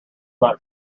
not